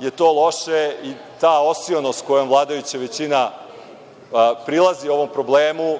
je to loše, i ta osionost kojom vladajuća većina prilazi ovom problemu,